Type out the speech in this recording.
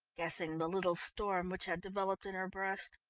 guessing the little storm which had developed in her breast.